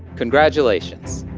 congratulations.